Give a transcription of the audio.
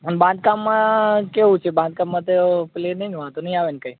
અને બાંધકામમાં કેવું છે બાંધકામમાં તો પેલીએ નથી ને વાંધો નહીં આવે ને કંઈ